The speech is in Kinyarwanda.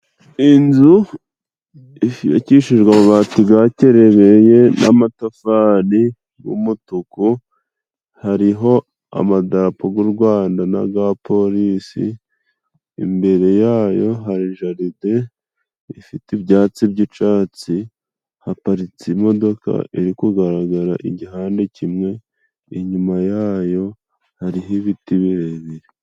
Inzu yubakishijwe amabati ga kirebeye n'amatafari g'umutuku hariho amadarapo g'urwanda n'agapolisi imbere yayo hari jaride ifite ibyatsi by'icatsi haparitse imodoka iri kugaragara igihande kimwe inyuma yayo hariho ibiti birebire